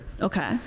Okay